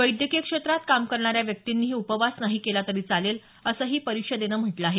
वैद्यकीय क्षेत्रात काम करणाऱ्या व्यक्तींनीही उपवास नाही केला तरी चालेल असंही परिषदेनं म्हटलं आहे